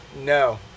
No